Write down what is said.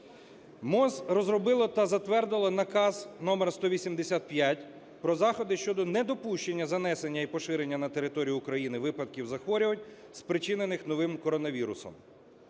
МОЗ розробило та затвердило Наказ номер 185 про заходи щодо недопущення занесення і поширення на території України випадків захворювань, спричинених новим коронавірусом.